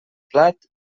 plat